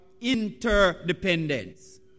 interdependence